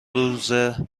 روزه